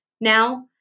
now